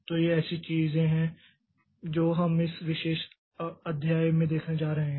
तो ये ऐसी चीजें हैं जो हम इस विशेष अध्याय में देखने जा रहे हैं